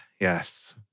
yes